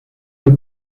los